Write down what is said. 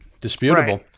disputable